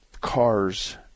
cars